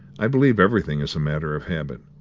i believe everything is a matter of habit,